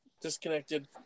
disconnected